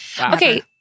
okay